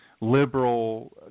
liberal